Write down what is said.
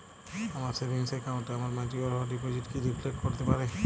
আমার সেভিংস অ্যাকাউন্টে আমার ম্যাচিওর হওয়া ডিপোজিট কি রিফ্লেক্ট করতে পারে?